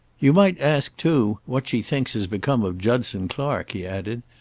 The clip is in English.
you might ask, too, what she thinks has become of judson clark, he added.